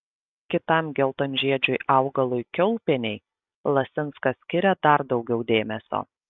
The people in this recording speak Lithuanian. kitam geltonžiedžiui augalui kiaulpienei lasinskas skiria dar daugiau dėmesio